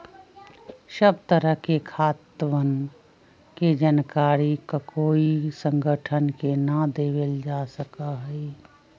सब तरह के खातवन के जानकारी ककोई संगठन के ना देवल जा सका हई